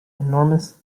enormous